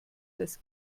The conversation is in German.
das